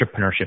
entrepreneurship